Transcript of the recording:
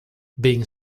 being